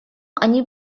они